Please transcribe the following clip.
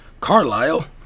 Carlisle